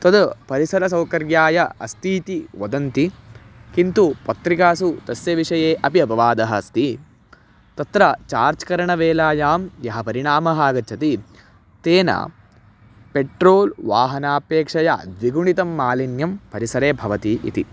तद् परिसरसौकर्याय अस्तीति वदन्ति किन्तु पत्रिकासु तस्य विषये अपि अपवादः अस्ति तत्र चार्ज् करणवेलायां यः परिणामः आगच्छति तेन पेट्रोल् वाहनापेक्षया द्विगुणितं मालिन्यं परिसरे भवति इति